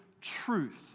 truth